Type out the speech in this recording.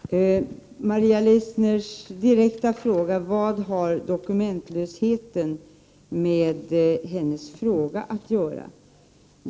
Herr talman! Maria Leissner ställde en direkt fråga om vad dokumentlösheten har med hennes fråga att göra.